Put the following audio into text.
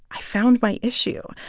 i found my issue.